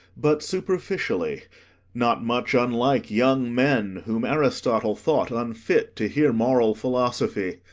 but superficially not much unlike young men, whom aristode thought unfit to hear moral philosophy.